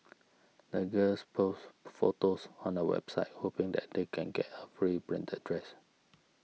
the girls posts photos on a website hoping that they can get a free branded dress